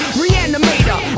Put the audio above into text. reanimator